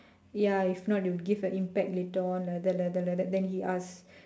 ya if not you'll give a impact later on like that like that like that then he ask